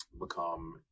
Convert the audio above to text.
become